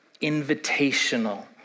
invitational